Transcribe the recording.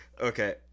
Okay